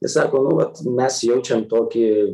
jie sako nu vat mes jaučiam tokį